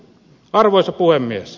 arvoisa puhemies